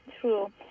True